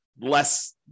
less